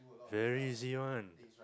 very easy one